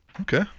Okay